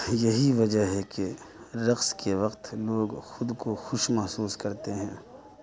یہی وجہ ہے کہ رقص کے وقت لوگ خود کو خوش محسوس کرتے ہیں